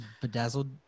bedazzled